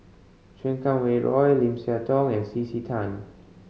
Chan Kum Wah Roy Lim Siah Tong and C C Tan